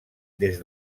des